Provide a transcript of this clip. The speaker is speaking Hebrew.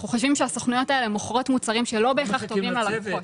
אנחנו חושבים שהסוכנויות האלה מוכרות מוצרים שלא בהכרח טובים ללקוחות.